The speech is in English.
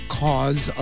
cause